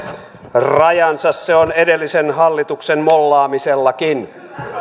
rajansa se on edellisen hallituksen mollaamisellakin